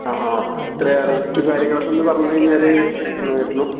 ആ ആ എത്രയാണ് റേറ്റും കാര്യങ്ങളൊക്കെ ഒന്ന് പറഞ്ഞുകഴിഞ്ഞാൽ നന്നായിരുന്നു